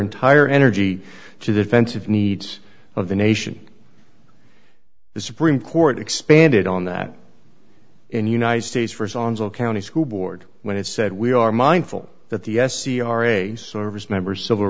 entire energy to defensive needs of the nation the supreme court expanded on that in the united states for zones all county school board when it said we are mindful that the c r a service members civil